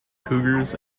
cougars